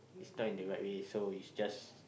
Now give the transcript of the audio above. is not in the right way so is just